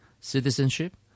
citizenship